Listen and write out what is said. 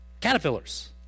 caterpillars